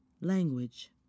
language